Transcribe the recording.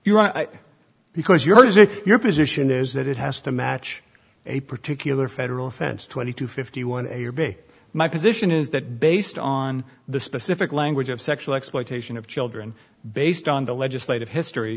are because you're using your position is that it has to match a particular federal offense twenty two fifty one a or b my position is that based on the specific language of sexual exploitation of children based on the legislative history